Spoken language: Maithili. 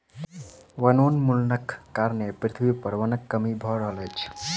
वनोन्मूलनक कारणें पृथ्वी पर वनक कमी भअ रहल अछि